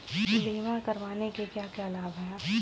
बीमा करवाने के क्या क्या लाभ हैं?